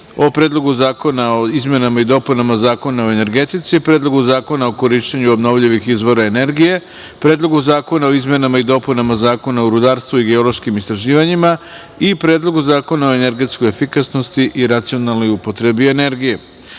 o: Predlogu zakona o izmenama i dopuna Zakona o energetici, Predlogu zakona o korišćenju obnovljivih izvora energije, Predlogu zakona o izmenama i dopunama Zakona o rudarstvu i geološkim istraživanjima i Predlogu zakona o energetskoj efikasnosti i racionalnoj upotrebi